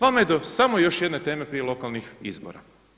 Vama je do samo još jedne teme prije lokalnih izbora.